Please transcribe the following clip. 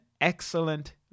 excellent